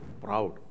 proud